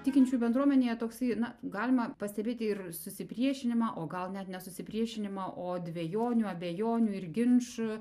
tikinčiųjų bendruomenėje toksai galima pastebėti ir susipriešinimą o gal net ne susipriešinimą o dvejonių abejonių ir ginčų